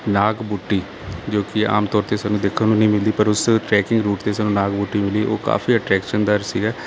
ਨਾਗ ਬੂਟੀ ਜੋ ਕਿ ਆਮ ਤੌਰ 'ਤੇ ਸਾਨੂੰ ਦੇਖਣ ਨੂੰ ਨਹੀਂ ਮਿਲਦੀ ਪਰ ਉਸ ਟਰੈਕਿੰਗ ਰੂਟ 'ਤੇ ਸਾਨੂੰ ਨਾਗ ਬੂਟੀ ਮਿਲੀ ਉਹ ਕਾਫੀ ਅਟਰੈਕਸ਼ਨ ਦਾਰ ਸੀਗਾ